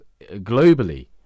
globally